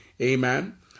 Amen